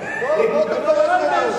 אני רוצה להבין,